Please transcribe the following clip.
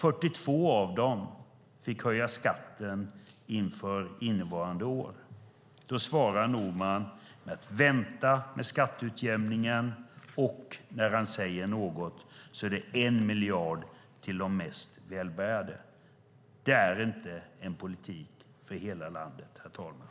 42 av dem fick höja skatten inför innevarande år. Då svarar Norman med att vänta med skatteutjämningen, och när han säger något är det en miljard till de mest välbärgade. Det är inte en politik för hela landet, herr talman.